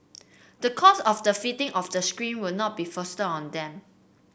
the cost of the fitting of the screen will not be foisted on them